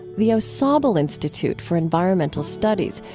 the au sable institute for environmental studies,